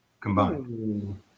combined